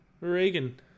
Reagan